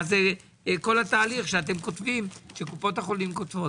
מה זה כל התהליך שקופות החולים כותבות.